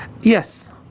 Yes